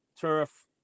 turf